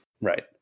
Right